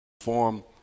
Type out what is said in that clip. form